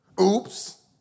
Oops